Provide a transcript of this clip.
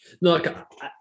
Look